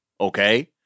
okay